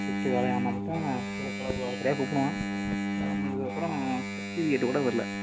shift வேலையாக இருந்தால் மட்டும் திங்கக்கிலம ஒவ்வொருத்தரயா கூப்பிடுவான் வேலை முடிஞ்சதுக்கு அப்புறம் சர்டிஃபிகேட்டு கூட வரல